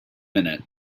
minute